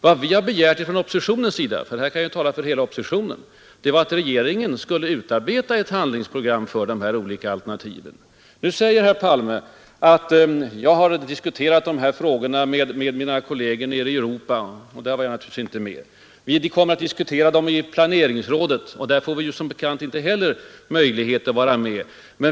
Vad vi begärt från oppositionens sida — jag kan här tala för hela oppositionen — är att regeringen skall utarbeta ett handlingsprogram för olika alternativ. Nu säger herr Palme: Jag har diskuterat dessa frågor med mina kolleger nere i Europa. — Där var jag naturligtvis inte med. Han säger: Vi kommer att diskutera dem i planeringsrådet. Där har oppositionen som bekant inte heller möjlighet att vara med.